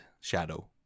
shadow